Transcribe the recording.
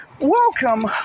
Welcome